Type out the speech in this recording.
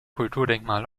kulturdenkmal